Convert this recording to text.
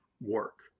work